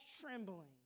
trembling